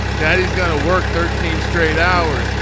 daddy's gonna work thirteen straight hours.